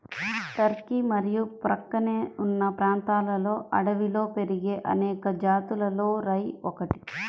Turkey మరియు ప్రక్కనే ఉన్న ప్రాంతాలలో అడవిలో పెరిగే అనేక జాతులలో రై ఒకటి